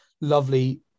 lovely